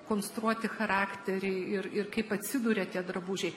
konstruoti charakterį ir ir kaip atsiduria tie drabužiai